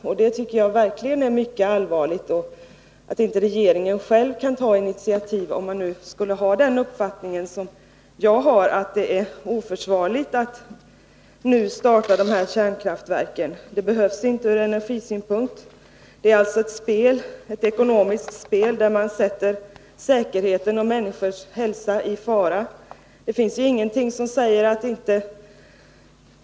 Jag tycker verkligen det är mycket allvarligt att regeringen inte själv kan ta initiativ, om man nu skulle dela min uppfattning att det är oförsvarligt att nu starta dessa kärnkraftverk. Det behövs inte från energisynpunkt. Det är alltså ett ekonomiskt spel där man sätter säkerhet och människors hälsa i fara.